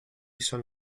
san